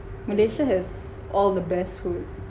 malaysia has all the best food